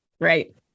Right